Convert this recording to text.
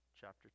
chapter